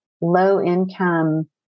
low-income